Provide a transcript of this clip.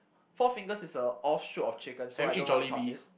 Four-Fingers is a offshoot of chicken so I don't want to count this